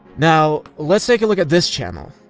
now let's take a look at this channel.